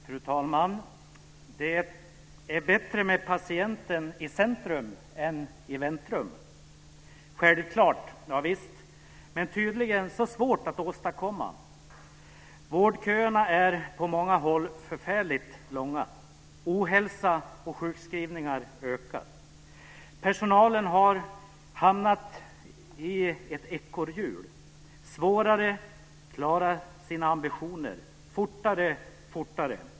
Fru talman! Det är bättre med patienten i centrum än i väntrum. Självklart? Ja visst, men tydligen så svårt att åstadkomma. Vårdköerna är på många håll förfärligt långa, och ohälsa och sjukskrivningar ökar. Personalen har hamnat i ett ekorrhjul. De får allt svårare att klara sina ambitioner, och det går fortare och fortare.